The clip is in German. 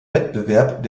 wettbewerb